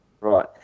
Right